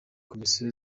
komisiyo